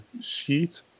sheet